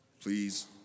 Please